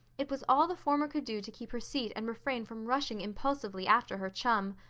it was all the former could do to keep her seat and refrain from rushing impulsively after her chum.